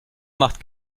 macht